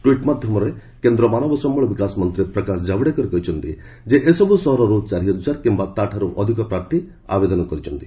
tweet ମାଧ୍ୟମରେ କେନ୍ଦ୍ର ମାନବ ସମ୍ଭଳ ବିକାଶ ମନ୍ତ୍ରୀ ପ୍ରକାଶ ଜାଭଡେକର କହିଛନ୍ତି ଯେ ଏସବୁ ସହରରୁ ଚାରିହଜାର କିମ୍ବା ତା'ଠାରୁ ଅଧିକ ପ୍ରାର୍ଥୀ ଆବେଦନ କରିଛନ୍ତି